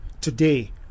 Today